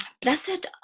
blessed